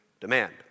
demand